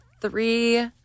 three